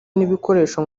n’ibikoresho